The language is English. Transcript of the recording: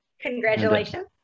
Congratulations